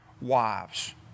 wives